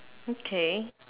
okay